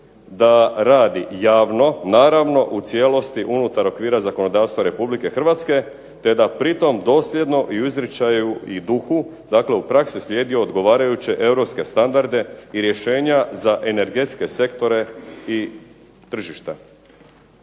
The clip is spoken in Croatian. da radi javno, naravno u cijelosti unutar okvira zakonodavstva Republike Hrvatske, te da pritom dosljedno i u izričaju i duhu, dakle u praksi slijedi odgovarajuće europske standarde i rješenja za energetske sektore i tržišta.